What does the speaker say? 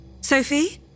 Sophie